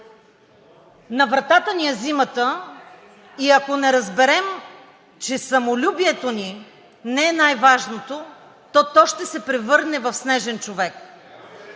На вратата ни е зимата и ако не разберем, че самолюбието ни не е най-важното, то ще се превърне в снежен човек.